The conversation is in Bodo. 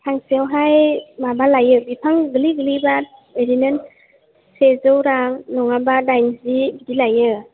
फांसेयावहाय माबा लायो बिफां गोरलै गोरलैबा इदिनो सेजौ रां नङाबा दाइनजि इदिलायो